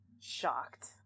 shocked